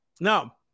Now